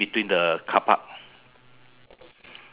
jump over jump over